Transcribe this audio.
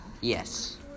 Yes